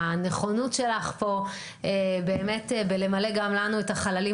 הנכונות שלך פה באמת למלא גם לנו את החללים